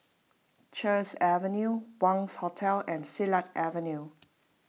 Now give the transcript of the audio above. Sheares Avenue Wangz Hotel and Silat Avenue